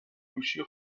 گوشی